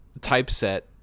typeset